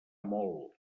molt